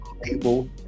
people